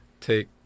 take